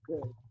good